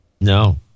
No